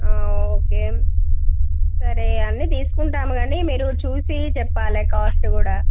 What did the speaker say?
okay సరే అన్నీ తీసుకుంటాము కానీ మీరు చూసి చెప్పాలి కాస్ట్ కూడా